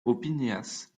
opinias